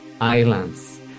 islands